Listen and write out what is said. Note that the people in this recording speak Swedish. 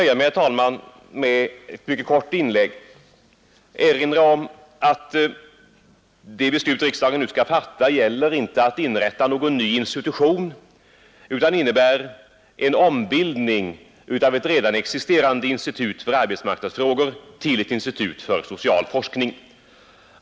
Jag erinrar om att det beslut som riksdagen nu skall fatta inte innebär inrättande av någon ny institution utan innebär en ombildning av ett redan existerande institut för arbetsmarknadsfrågor till ett institut för social forskning.